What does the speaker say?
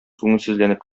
күңелсезләнеп